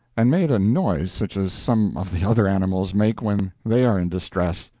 and made a noise such as some of the other animals make when they are in distress.